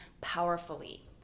powerfully